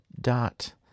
dot